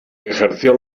ejerció